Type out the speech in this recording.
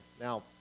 Now